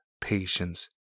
patience